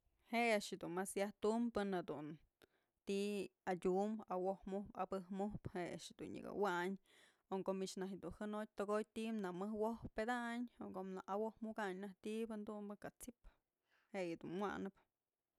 Je'e a'ax dun mas yajtum pën jedun ti'i adyum awojmup abëjmujpë je'e a'ax dun nyëkë wayn o ko'o mich jënotyë tokotyë di'i na mëjwopëdayn o ko'o na awojmukayn najtyë tibë dumbë ka'a t'sip je'e yëdun wa'anëp.